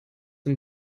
dem